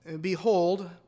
behold